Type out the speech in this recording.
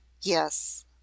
Yes